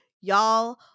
Y'all